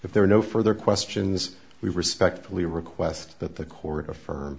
if there are no further questions we respectfully request that the court